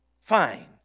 fine